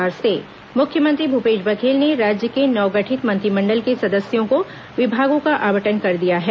मंत्री विभाग आवंटन मुख्यमंत्री भूपेश बघेल ने राज्य के नवगठित मंत्रिमंडल के सदस्यों को विभागों का आवंटन कर दिया है